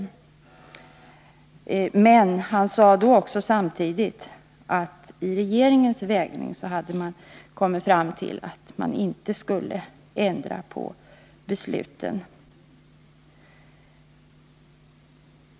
Försvarsministern sade emellertid samtidigt att regeringen vid sin bedömning hade kommit fram till att man inte skulle ändra på besluten.